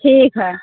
ठीक हइ